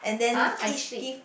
!huh! I speak